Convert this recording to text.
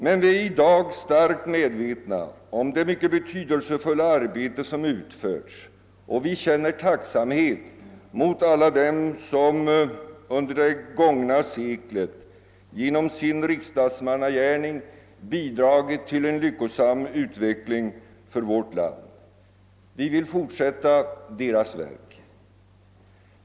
Men vi är i dag starkt medvetna om det mycket betydelsefulla arbete som utförts och vi känner tacksamhet mot dem, som under det gångna seklet genom sin riksdagsmannagärning bidragit till en lyckosam utveckling för vårt land. Vi vill fortsätta deras verk.